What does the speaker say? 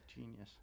Genius